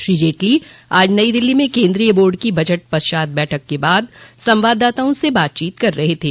श्री जेटली आज नई दिल्ली में केंद्रीय बोर्ड की बजट पश्चात बैठक के बाद संवाददाताआ से बातचीत कर रहे थे